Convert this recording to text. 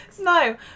no